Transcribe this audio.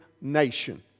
nation